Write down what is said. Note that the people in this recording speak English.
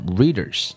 readers